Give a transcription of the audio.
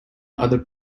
other